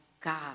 God